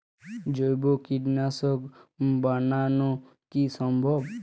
জৈব কীটনাশক বানানো কি সম্ভব?